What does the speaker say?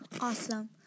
awesome